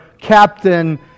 captain